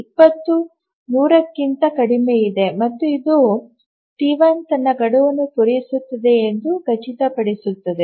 20 100 ಕ್ಕಿಂತ ಕಡಿಮೆಯಿದೆ ಮತ್ತು ಇದು ಟಿ 1 ತನ್ನ ಗಡುವನ್ನು ಪೂರೈಸುತ್ತದೆ ಎಂದು ಖಚಿತಪಡಿಸುತ್ತದೆ